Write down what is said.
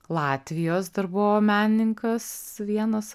latvijos dar buvo menininkas vienas